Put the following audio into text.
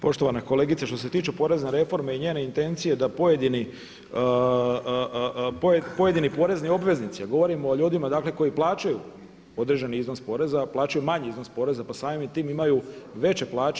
Poštovana kolegice, što se tiče porezne reforme i njene intencije da pojedini porezni obveznici, a govorim o ljudima, dakle koji plaćaju određeni iznos poreza, a plaćaju manji iznos poreza, pa samim tim imaju veće plaće.